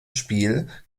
spiel